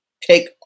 take